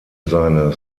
seine